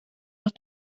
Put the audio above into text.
los